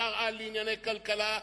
שר-על לענייני כלכלה,